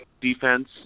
defense